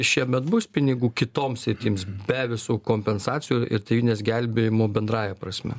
šiemet bus pinigų kitoms sritims be visų kompensacijų ir tėvynės gelbėjimo bendrąja prasme